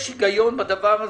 יש היגיון בדבר הזה.